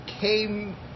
came